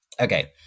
Okay